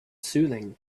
soothing